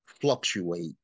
fluctuate